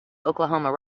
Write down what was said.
oklahoma